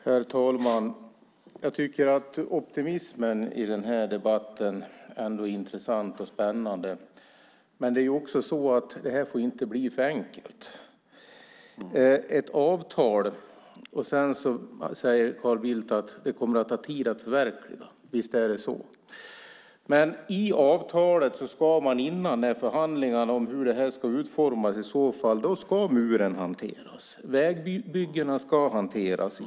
Herr talman! Jag tycker att optimismen i den här debatten är intressant och spännande. Men detta får inte bli för enkelt. Ett avtal kommer att ta tid att förverkliga, säger Carl Bildt. Visst är det så. Men i förhandlingarna kring hur avtalet ska utformas ska muren hanteras. Vägbyggena ska hanteras.